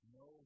no